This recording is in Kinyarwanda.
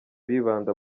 bibanda